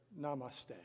namaste